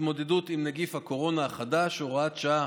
להתמודדות עם נגיף הקורונה החדש (הוראת שעה),